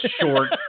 short